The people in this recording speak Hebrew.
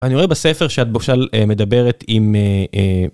אני רואה בספר שאת למשל מדברת עם